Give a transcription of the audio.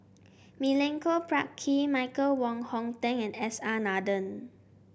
Milenko Prvacki Michael Wong Hong Teng and S R Nathan